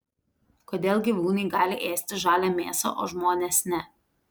kodėl gyvūnai gali ėsti žalią mėsą o žmonės ne